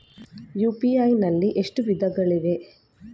UPI ನಲ್ಲಿ ಎಷ್ಟು ವಿಧಗಳಿವೆ?